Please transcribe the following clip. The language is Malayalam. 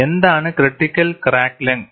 എന്താണ് ക്രിട്ടിക്കൽ ക്രാക്ക് ലെങ്ത്